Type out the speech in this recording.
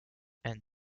and